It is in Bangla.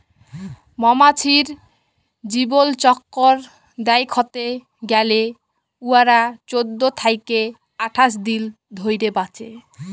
মমাছির জীবলচক্কর দ্যাইখতে গ্যালে উয়ারা চোদ্দ থ্যাইকে আঠাশ দিল ধইরে বাঁচে